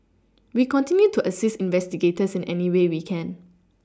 we continue to assist investigators in any way we can